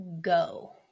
go